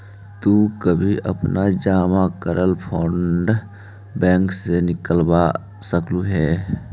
तु कभी अपना जमा करल फंड बैंक से निकलवा सकलू हे